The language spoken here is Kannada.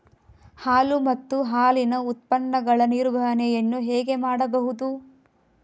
ಹಾಲು ಮತ್ತು ಹಾಲಿನ ಉತ್ಪನ್ನಗಳ ನಿರ್ವಹಣೆಯನ್ನು ಹೇಗೆ ಮಾಡಬಹುದು?